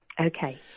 Okay